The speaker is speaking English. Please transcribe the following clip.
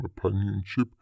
companionship